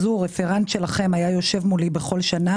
רפרנט שלכם היה יושב מולי בכל שנה